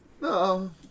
No